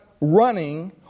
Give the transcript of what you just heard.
running